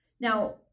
Now